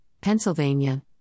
Pennsylvania